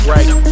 Right